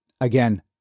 Again